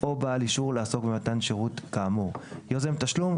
או בעל אישור לעסוק במתן שירות כאמור; "יוזם תשלום"